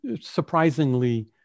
surprisingly